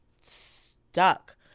stuck